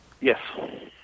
Yes